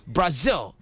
Brazil